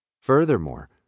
Furthermore